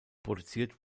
produziert